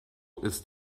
ist